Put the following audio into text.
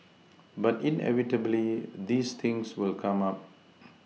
but inevitably these things will come up